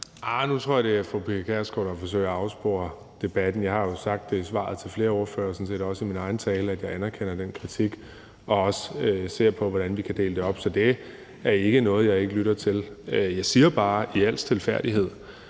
Nu tror jeg, at det er fru Pia Kjærsgaard, der forsøger at afspore debatten. Jeg har jo sagt det i svaret til flere ordførere og sådan set også i min egen tale, at jeg anerkender den kritik og også vil se på, hvordan vi kan dele det op. Så det er ikke noget, jeg ikke lytter til. Jeg siger bare i al stilfærdighed,